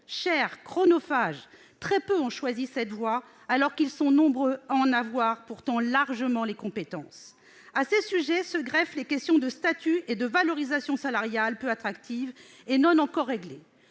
chère, chronophage. Très peu d'infirmiers ont choisi cette voie, alors qu'ils sont pourtant nombreux à en avoir largement les compétences. Sur ces sujets se greffent les questions de statut et de valorisation salariale peu attractives et non encore réglées.